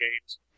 games